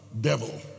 Devil